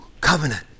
covenant